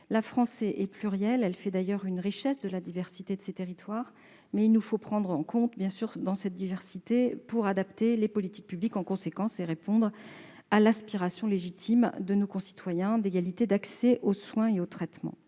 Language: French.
La France est plurielle. Elle fait d'ailleurs une richesse de la diversité de ses territoires. Mais il nous faut prendre en compte cette diversité pour adapter les politiques publiques en conséquence et répondre à l'aspiration légitime de nos concitoyens à l'égalité dans l'accès aux soins et aux traitements.